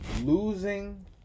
Losing